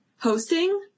hosting